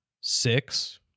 six